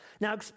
Now